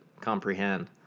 comprehend